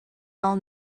all